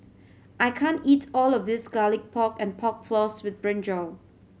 I can't eat all of this Garlic Pork and Pork Floss with brinjal